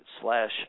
slash